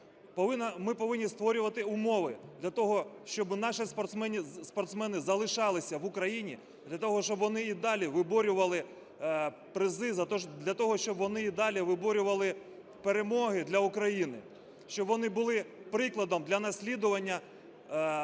Ми повинні створювати умови для того, щоб наші спортсмени залишалися в Україні, для того, щоб вони і далі виборювали призи, для того, щоб вони і далі виборювали перемоги для України, щоб вони були прикладом для наслідування дітям,